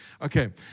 Okay